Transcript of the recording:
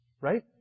right